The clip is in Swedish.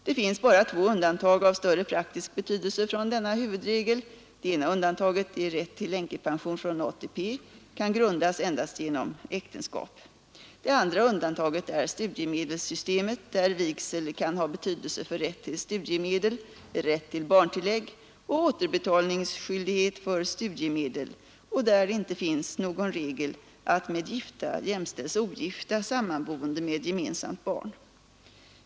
Det finns bara två undantag av större praktisk betydelse från denna huvudregel. Det ena undantaget är att rätt till änkepension från ATP kan grundas endast genom äktenskap. Det andra undantaget är studiemedelssystemet, där vigsel kan ha betydelse för rätt till studiemedel, rätt till barntillägg och återbetalningsskyldighet för studiemedel och där det inte finns någon regel att med gifta jämställs ogifta samboende med gemensamt barn.